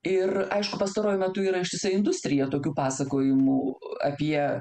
ir aišku pastaruoju metu yra ištisa industrija tokių pasakojimų apie